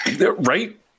Right